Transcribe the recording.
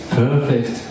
perfect